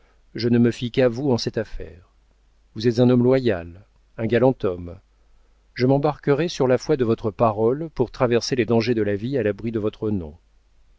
je ne me fie qu'à vous en cette affaire vous êtes un homme loyal un galant homme je m'embarquerai sur la foi de votre parole pour traverser les dangers de la vie à l'abri de votre nom